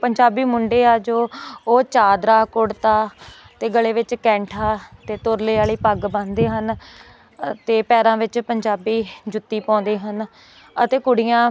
ਪੰਜਾਬੀ ਮੁੰਡੇ ਆ ਜੋ ਉਹ ਚਾਦਰਾ ਕੁੜਤਾ ਅਤੇ ਗਲੇ ਵਿੱਚ ਕੈਂਠਾ ਅਤੇ ਤੁਰਲੇ ਵਾਲੀ ਪੱਗ ਬੰਨ੍ਹਦੇ ਹਨ ਅਤੇ ਪੈਰਾਂ ਵਿੱਚ ਪੰਜਾਬੀ ਜੁੱਤੀ ਪਾਉਂਦੇ ਹਨ ਅਤੇ ਕੁੜੀਆਂ